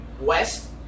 west